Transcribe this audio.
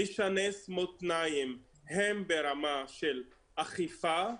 לשנס מותניים הן ברמה של אכיפה,